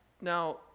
now